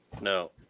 No